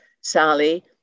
Sally